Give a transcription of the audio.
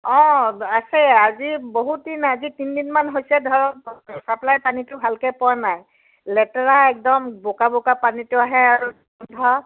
অঁ আছে আজি বহুত দিন আজি তিনিদিনমান হৈছে ধৰক ছাপ্লাই পানীটো ভালকৈ পোৱা নাই লেতেৰা একদম বোকা বোকা পানীটো আহে আৰু গোন্ধ